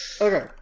Okay